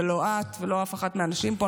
לא את ולא אף אחת מהנשים פה.